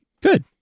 good